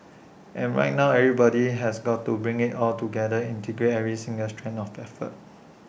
and right now everybody has got to bring IT all together integrate every single strand of effort